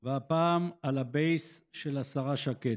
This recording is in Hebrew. והפעם, על הבייס של השרה שקד.